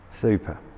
Super